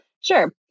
Sure